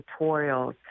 tutorials